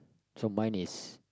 so mine is